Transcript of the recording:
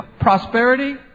prosperity